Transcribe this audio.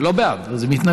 היא לא בעד זה מתנגדת.